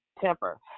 Temper